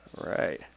Right